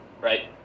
right